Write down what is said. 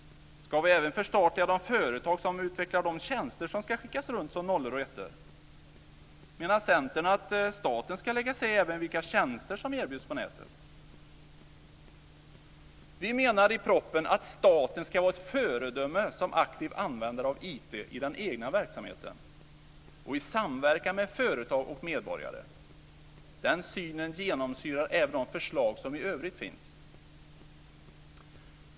Ska vi även förstatliga de företag som utvecklar de tjänster som ska skickas runt som nollor och ettor? Menar Centern att staten ska lägga sig i även vilka tjänster som erbjuds på nätet? Vi menar i propositionen att staten ska vara ett föredöme som aktiv användare av IT i den egna verksamheten och i samverkan med företag och medborgare. Den synen genomsyrar även de förslag som i övrigt finns.